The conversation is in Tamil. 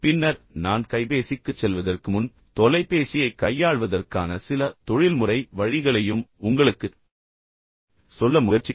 பின்னர் நான் கைபேசிக்குச் செல்வதற்கு முன் தொலைபேசியைக் கையாள்வதற்கான சில தொழில்முறை வழிகளையும் உங்களுக்குச் சொல்ல முயற்சிக்கிறேன்